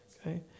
Okay